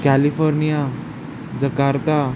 California Jakarta